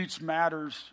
matters